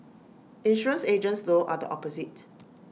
insurance agents though are the opposite